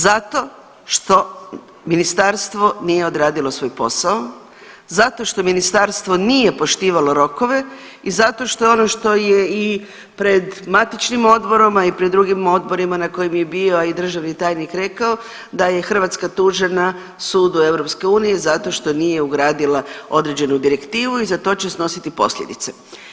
Zato što ministarstvo nije odradilo svoj posao, zato što ministarstvo nije poštivalo rokove i zato što ono što je i pred matičnim odborom, a i pred drugim odborima na kojim je bio, a i državni tajnik rekao da je Hrvatska tužena sudu EU zato što nije ugradila određenu direktivu i za to će snositi posljedice.